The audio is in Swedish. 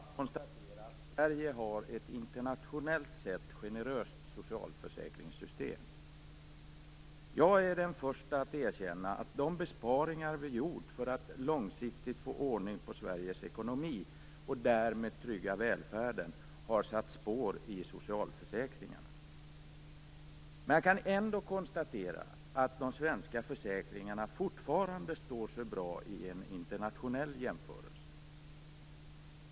Fru talman! Låt mig först av allt konstatera att Sverige har ett internationellt sett generöst socialförsäkringssystem. Jag är den förste att erkänna att de besparingar vi har gjort för att långsiktigt få ordning på Sveriges ekonomi och därmed trygga välfärden har satt spår i socialförsäkringarna. Men jag kan ändå konstatera att de svenska försäkringarna fortfarande står sig bra i en internationell jämförelse.